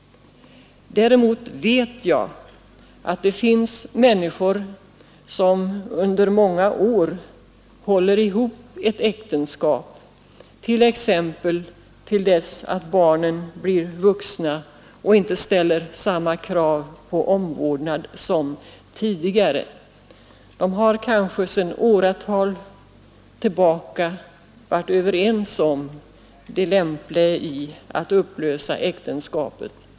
Däremot vet jag att det finns människor som under många år håller ihop ett äktenskap, t.ex. till dess att barnen blir vuxna och inte ställer samma krav på omvårdnad som tidigare. De har kanske sedan åratal tillbaka varit rens om det lämpliga i att upplösa äktenskapet.